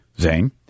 Zane